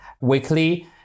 weekly